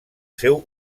seu